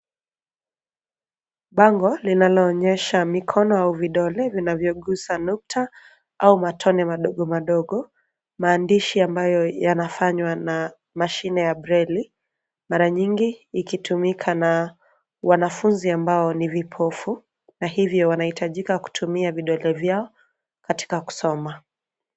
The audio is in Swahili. Bango linaloonyesha mikono au vidole vinavyogusa nukta au matone madogo madogo, maandishi ambayo yanafanywa na mashine ya breli mara nyingi ikitumika na wanafunzi ambao ni vipofu na hivyo wanahitajika kutumia vidole vyao katika kusoma.